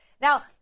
Now